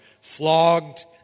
flogged